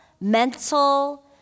mental